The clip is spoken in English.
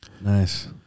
Nice